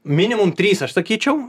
minimum trys aš sakyčiau